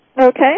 Okay